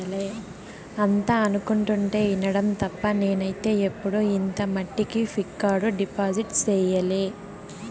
అంతా అనుకుంటుంటే ఇనడం తప్ప నేనైతే ఎప్పుడు ఇంత మట్టికి ఫిక్కడు డిపాజిట్ సెయ్యలే